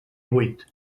vuit